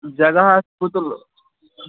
جَگَہ حظ چھُ گُتُل